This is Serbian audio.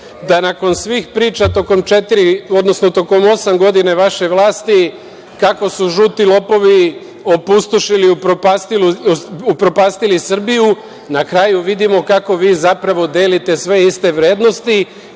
da nakon svih priča tokom osam godina vaše vlasti, kako su žuti lopovi opustošili i upropastili Srbiju, na kraju vidimo kako vi zapravo delite sve iste vrednosti